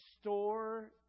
store